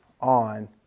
on